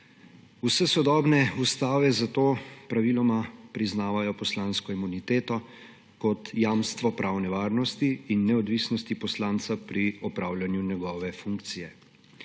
Vse sodobne ustave zato praviloma priznavajo poslansko imuniteto kot jamstvo pravne varnosti in neodvisnosti poslanca pri opravljanju njegove funkcije.